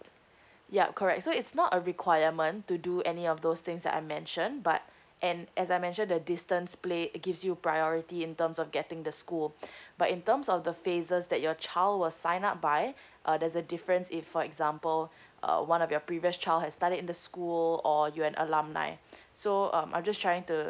yup correct so it's not a requirement to do any of those things I mention but and as I mentioned the distance play gives you priority in terms of getting the school but in terms of the phases that your child will sign up by uh there's a difference if for example uh one of your previous child has studied in the school go or you an alumni so um I'm just trying to